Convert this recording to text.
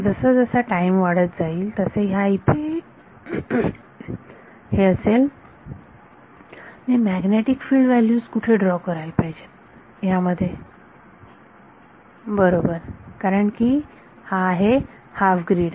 जसजसा टाईम वाढत जाईल तसे ह्या येथे हे असेल मी मॅग्नेटिक फिल्ड व्हॅल्यूज कुठे ड्रॉ करायला पाहिजेत ह्या मध्ये बरोबर कारण की आहे हाफ ग्रीड